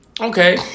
okay